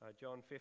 John